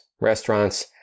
restaurants